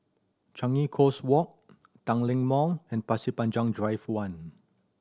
Changi Coast Walk Tanglin Mall and Pasir Panjang Drive One